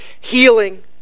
healing